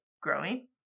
growing